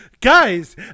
Guys